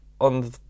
on